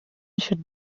should